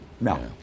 No